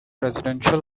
residential